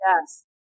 Yes